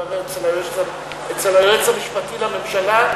להתברר אצל היועץ המשפטי לממשלה,